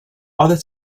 other